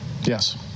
Yes